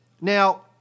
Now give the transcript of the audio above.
Now